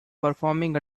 performing